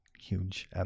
huge